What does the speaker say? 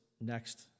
next